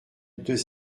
deux